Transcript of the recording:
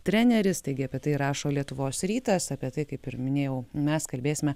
treneris taigi apie tai rašo lietuvos rytas apie tai kaip ir minėjau mes kalbėsime